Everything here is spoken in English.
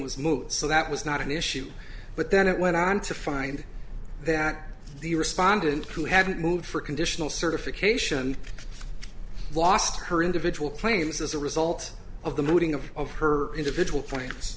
was moot so that was not an issue but then it went on to find that the respondent who haven't moved for conditional certification lost her individual claims as a result of the moving of of her individual points